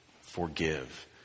forgive